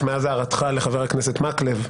מאז הערתך לחבר הכנסת מקלב,